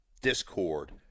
discord